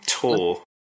tour